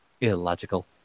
Illogical